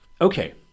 Okay